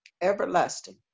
everlasting